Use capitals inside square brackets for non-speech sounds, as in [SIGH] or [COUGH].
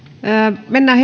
mennään [UNINTELLIGIBLE]